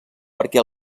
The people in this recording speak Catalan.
perquè